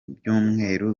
byumweru